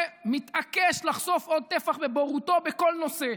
מתעקש לחשוף עוד טפח בבורותו בכל נושא.